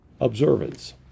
observance